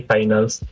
Finals